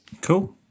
cool